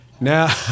Now